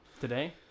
today